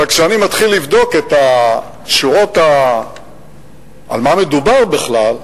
רק כשאני מתחיל לבדוק את השורות על מה מדובר בכלל,